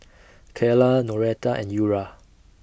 Kaela Noretta and Eura